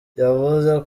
yavuze